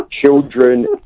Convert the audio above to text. children